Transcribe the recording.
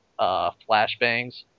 flashbangs